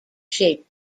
shaped